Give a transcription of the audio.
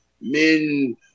Men